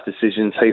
decisions